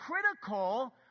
critical